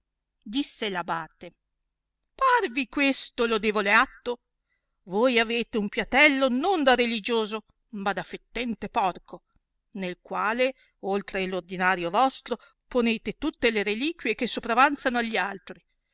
disse r abate parvi questo lodevole atto voi avete un piatello non da religioso ma da fettente porco nel quale oltre l'ordinario vostro ponete tutte le reliquie che sopravanzano a gli altri